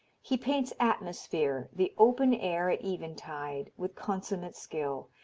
he paints atmosphere, the open air at eventide, with consummate skill,